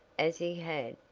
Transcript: as he had,